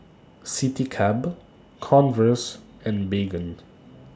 Citycab Converse and Baygon